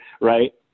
Right